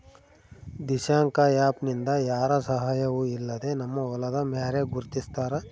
Dishank app ನಿಂದ ಯಾರ ಸಹಾಯವೂ ಇಲ್ಲದೆ ನಮ್ಮ ಹೊಲದ ಮ್ಯಾರೆ ಗುರುತಿಸ್ತಾರ